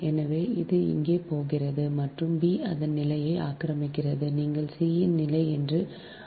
எனவே அது இங்கே போகிறது மற்றும் b அதன் நிலையை ஆக்கிரமிக்கிறது நீங்கள் c இன் நிலை என்று அழைக்கிறீர்கள்